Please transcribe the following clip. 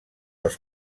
els